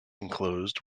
enclosed